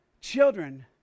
children